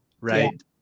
right